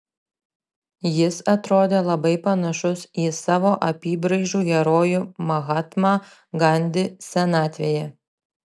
jis atrodė labai panašus į savo apybraižų herojų mahatmą gandį senatvėje